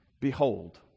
behold